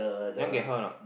you want get her or not